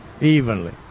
evenly